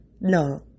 No